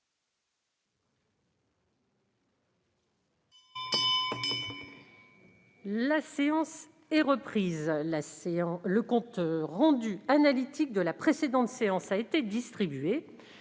La séance est ouverte. Le compte rendu analytique de la précédente séance a été distribué.